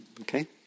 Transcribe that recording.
okay